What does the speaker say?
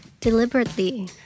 Deliberately